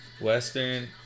Western